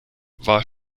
war